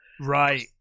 right